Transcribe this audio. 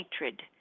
hatred